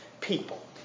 people